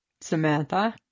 Samantha